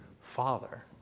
Father